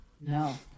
No